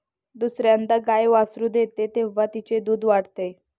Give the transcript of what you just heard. दुसर्यांदा गाय वासरू देते तेव्हा तिचे दूध वाढते